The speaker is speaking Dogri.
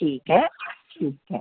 ठीक ऐ ठीक ऐ